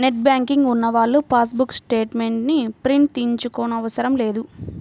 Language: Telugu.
నెట్ బ్యాంకింగ్ ఉన్నవాళ్ళు పాస్ బుక్ స్టేట్ మెంట్స్ ని ప్రింట్ తీయించుకోనవసరం లేదు